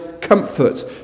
comfort